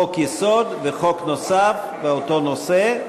חוק-יסוד וחוק נוסף באותו נושא,